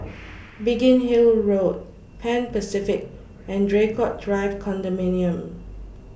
Biggin Hill Road Pan Pacific and Draycott Drive Condominium